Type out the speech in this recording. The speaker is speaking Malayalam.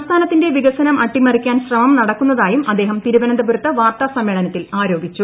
സംസ്ഥാനത്തിന്റെ വികസനം അട്ടിമറിക്കാൻ ശ്രമം നടക്കുന്നതായും അദ്ദേഹം തിരുവനന്തപുരത്ത് വാർത്താ സമ്മേളനത്തിൽ ആരോപിച്ചു